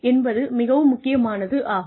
என்பது மிகவும் முக்கியமானது ஆகும்